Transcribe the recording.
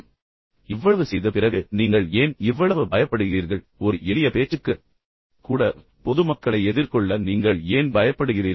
ஆனால் இவ்வளவு செய்த பிறகு நீங்கள் ஏன் இவ்வளவு பயப்படுகிறீர்கள் ஒரு எளிய பேச்சுக்கு கூட நீங்கள் ஏன் மிகவும் பயப்படுகிறீர்கள் பொதுமக்களை எதிர்கொள்ள ஏன் பயப்படுகிறீர்கள்